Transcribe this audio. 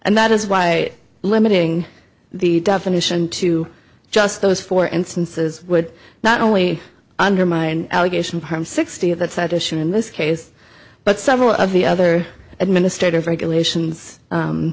and that is why limiting the definition to just those four instances would not only undermine allegation harm sixty that's at issue in this case but several of the other administrative regulations